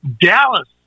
Dallas